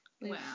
wow